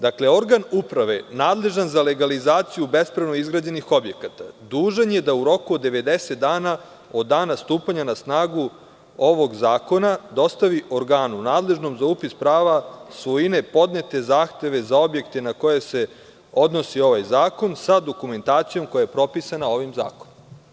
Dakle, organ uprave nadležan za legalizaciju bespravno izgrađenih objekata dužan je da u roku od 90 dana, od dana stupanja na snagu ovog zakona, dostavi organu nadležnom za upis prava svojine podnete zahteve za objekte na koje se odnosi ovaj zakon, sa dokumentacijom koja je propisana ovim zakonom.